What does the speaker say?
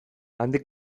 handik